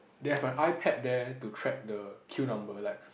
they have a iPad there to track the queue number like